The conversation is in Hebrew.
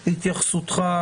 להתייחסותך,